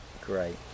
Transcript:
Great